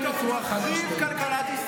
בתור מחריב כלכלת ישראל.